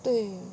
对